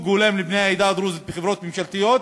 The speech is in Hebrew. הולם לבני העדה הדרוזית בחברות ממשלתיות,